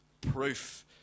proof